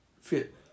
fit